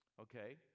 okay